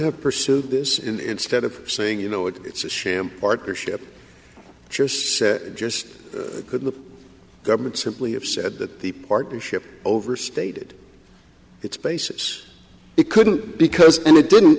have pursued this instead of saying you know it's a sham partnership just could the government simply have said that the partnership overstated it's basis it couldn't because and it didn't